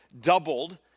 doubled